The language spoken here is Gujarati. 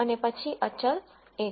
અને પછી અચલ 1